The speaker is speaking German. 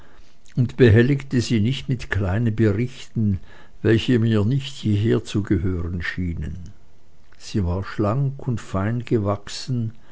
und behelligte sie nicht mit kleinen berichten welche mir nicht hieher zu gehören schienen sie war schlank und fein gewachsen